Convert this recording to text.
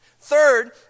Third